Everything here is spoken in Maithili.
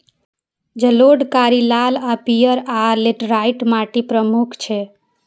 जलोढ़, कारी, लाल आ पीयर, आ लेटराइट माटि प्रमुख छै